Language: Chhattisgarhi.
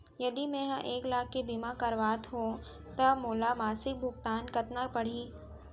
यदि मैं ह एक लाख के बीमा करवात हो त मोला मासिक भुगतान कतना पड़ही?